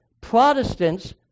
Protestants